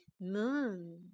moon